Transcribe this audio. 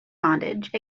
bondage